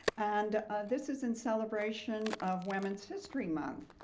and this is in celebration of women's history month.